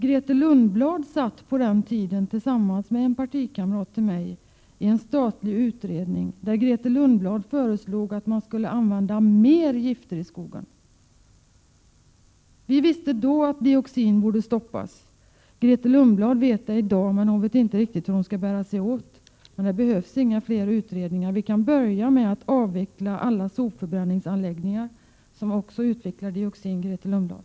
Grethe Lundblad satt på den tiden tillsammans med en partikamrat till mig i en statlig utredning, där Grethe Lundblad föreslog att man skulle använda mer gifter i skogen! Vi visste då att dioxin borde stoppas. Grethe Lundblad vet det i dag. Men hon vet inte riktigt hur hon skall bära sig åt. Det behövs inga fler utredningar — vi kan börja med att avveckla alla sopförbränningsanläggningar, som också utvecklar dioxin, Grethe Lundblad!